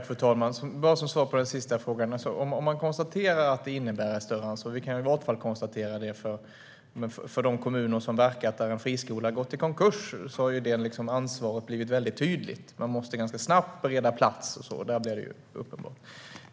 Fru talman! Jag ska börja med att svara på den sista frågan. Vi kan konstatera att det innebär ett större ansvar, i vart fall för de kommuner som verkat där en friskola gått i konkurs. Där har ansvaret blivit väldigt tydligt. De måste ganska snabbt bereda plats och så vidare.